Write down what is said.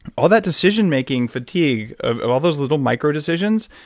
all that decision making fatigue of of all those little micro decisions,